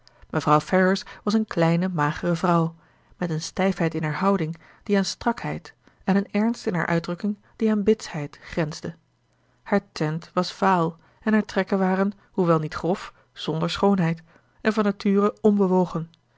mevrouw ferrars was een kleine magere vrouw met een stijfheid in haar houding die aan strakheid en een ernst in haar uitdrukking die aan bitsheid grensde haar tint was vaal en hare trekken waren hoewel niet grof zonder schoonheid en van nature onbewogen